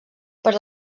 per